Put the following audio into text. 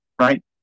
right